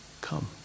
come